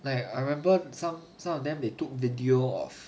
like I remember some some of them they took video of